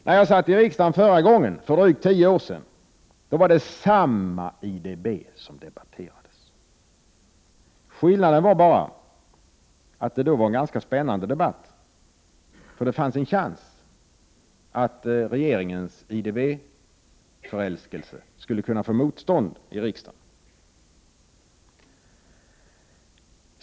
När jag satt i riksdagen förra gången, för drygt tio år sedan, var det samma IDB som debatterades. Skillnaden var bara att det då var en ganska spännande debatt, för det fanns en chans att regeringens IDB-förälskelse skulle möta motstånd i riksdagen.